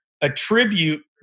attribute